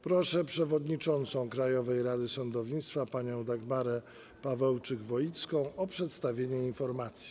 Proszę przewodniczącą Krajowej Rady Sądownictwa panią Dagmarę Pawełczyk-Woicką o przedstawienie informacji.